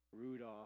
Rudolph